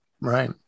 right